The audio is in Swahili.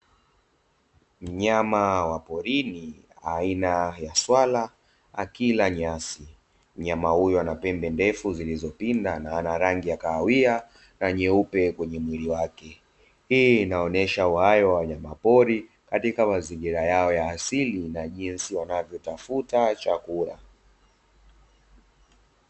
Mnyama wa porini aina ya swala akila nyasi. Mnyama huyu ana pembe ndefu zilizopinda na ana rangi ya kahawia na nyeupe kwenye mwili wake. Hii inaonyesha uhai wa wanyamapori katika mazingira yao ya asili na jinsi wanavyotafuta chakula.